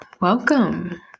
Welcome